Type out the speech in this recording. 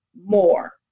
more